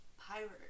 Pirate